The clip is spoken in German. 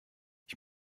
ich